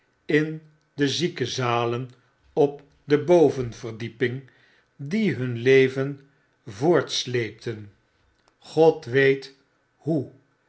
in de ziekenzalen op de bovenverdieping die hun leven voortsleepten god weet hoe